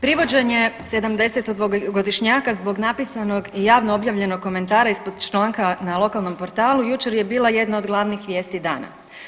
Privođenje 70-godišnjaka zbog napisanog i javno objavljenog komentara ispod članka na lokalnom portalu jučer je bila jedna od glavnih vijesti dana.